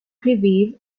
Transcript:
preview